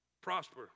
prosper